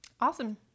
Awesome